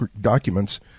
documents